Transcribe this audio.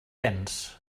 venç